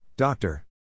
Doctor